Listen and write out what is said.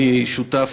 הייתי שותף,